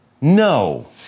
No